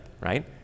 right